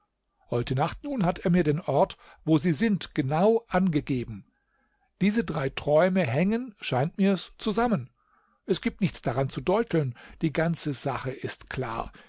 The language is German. heute nacht nun hat er mir den ort wo sie sind genau angegeben diese drei träume hängen scheint mir's zusammen es gibt nichts daran zu deuteln die ganze sache ist klar